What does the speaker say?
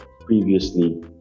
previously